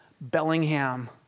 Bellingham